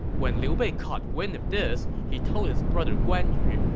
when liu bei caught wind of this, he told his brother guan yu,